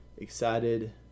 excited